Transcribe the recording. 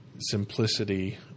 simplicity